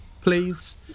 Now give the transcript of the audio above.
please